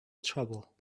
trouble